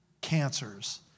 cancers